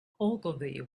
ogilvy